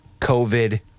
COVID